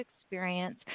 experience